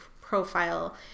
profile